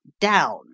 down